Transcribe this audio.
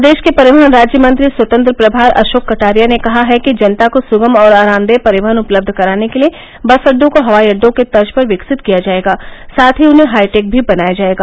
प्रदेश के परिवहन राज्य मंत्री स्वतंत्र प्रभार अशोक कटारिया ने कहा है कि जनता को सुगम और आरामदेह परिवहन उपलब्य कराने के लिये बस अड्डों को हवाई अड्डों के तर्ज पर विकसित किया जायेगा साथ ही उन्हें हाईटेक भी बनाया जायेगा